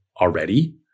already